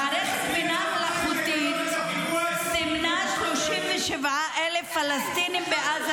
מערכת הבינה המלאכותית "סימנה 37,000 פלסטינים בעזה